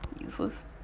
useless